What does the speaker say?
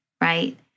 right